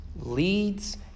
leads